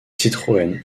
citroën